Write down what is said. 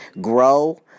Grow